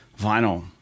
vinyl